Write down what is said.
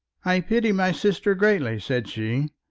i pity my sister greatly, said she.